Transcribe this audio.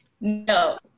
No